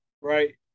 right